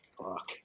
Fuck